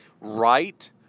right